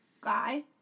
guy